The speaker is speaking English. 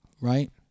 Right